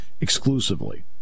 exclusively